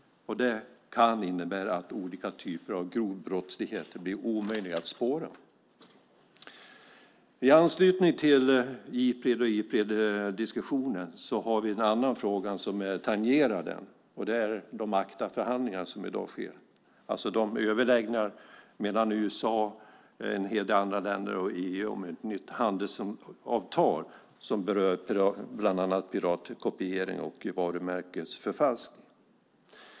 Det kan innebära att olika typer av grov brottslighet blir omöjlig att spåra. I anslutning till Ipreddiskussionen har vi en annan fråga som tangerar den. Det är de ACTA-förhandlingar som pågår, alltså överläggningarna mellan USA, en hel del andra länder och EU om ett nytt handelsavtal som berör bland annat piratkopiering och varumärkesförfalskning.